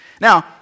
Now